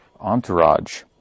entourage